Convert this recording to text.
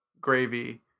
gravy